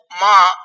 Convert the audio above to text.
Ma